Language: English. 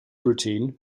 routine